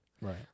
right